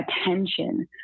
attention